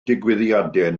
digwyddiadau